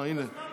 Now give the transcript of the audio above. אה, הינה.